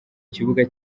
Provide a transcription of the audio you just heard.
kibuga